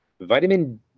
Vitamin